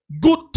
Good